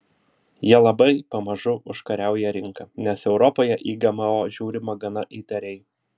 jie labai pamažu užkariauja rinką nes europoje į gmo žiūrima gana įtariai